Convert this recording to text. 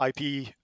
IP